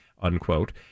unquote